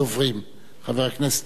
חבר הכנסת אורי אריאל,